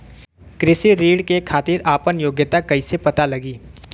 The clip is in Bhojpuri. कृषि ऋण के खातिर आपन योग्यता कईसे पता लगी?